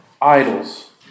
idols